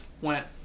went